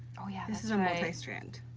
yeah this is a multi-strand.